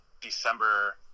December